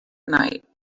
night